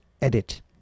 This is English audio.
edit